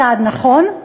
צעד נכון,